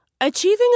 Achieving